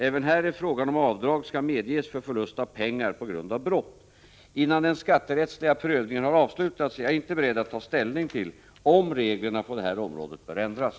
Även här är frågan om avdrag skall medges för förlust av pengar på grund av brott. Innan den skatterättsliga prövningen har avslutats är jag inte beredd att ta ställning till om reglerna på detta område bör ändras.